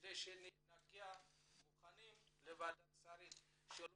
כדי שנגיע מוכנים לוועדת השרים ושלא